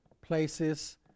places